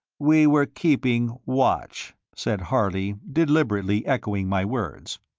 we were keeping watch, said harley, deliberately echoing my words.